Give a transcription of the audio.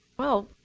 well,